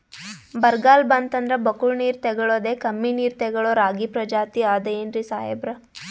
ಬರ್ಗಾಲ್ ಬಂತಂದ್ರ ಬಕ್ಕುಳ ನೀರ್ ತೆಗಳೋದೆ, ಕಮ್ಮಿ ನೀರ್ ತೆಗಳೋ ರಾಗಿ ಪ್ರಜಾತಿ ಆದ್ ಏನ್ರಿ ಸಾಹೇಬ್ರ?